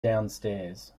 downstairs